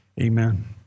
Amen